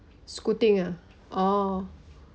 scooting ah orh